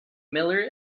miller